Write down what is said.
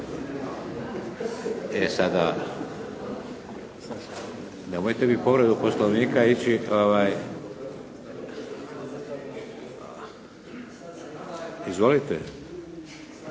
E sada, nemojte mi povredu Poslovnika ići. Izvolite.